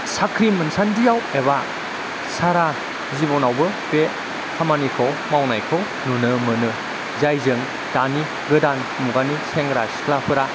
साख्रि मोनसान्दियाव एबा सारा जिबनावबो बे खामानिखौ मावनायखौ नुनो मोनो जायजों दानि गोदान मुगानि सेंग्रा सिख्लाफोरा